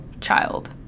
child